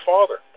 Father